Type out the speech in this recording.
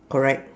correct